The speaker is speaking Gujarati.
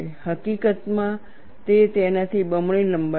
હકીકતમાં તે તેનાથી બમણી લંબાઈ છે